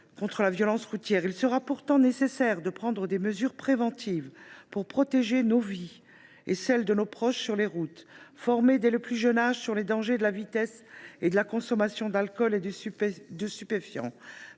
Il sera pourtant nécessaire de prendre des mesures préventives pour protéger nos vies et celles de nos proches sur les routes, en sensibilisant chacun, dès le plus jeune âge, aux dangers de la vitesse et de la consommation d’alcool et de stupéfiants